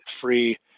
free